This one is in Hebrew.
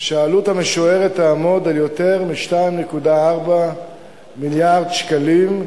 שהעלות המשוערת תעמוד על יותר מ-2.4 מיליארד שקלים,